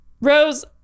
Rose